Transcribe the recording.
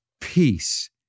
peace